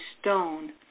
stone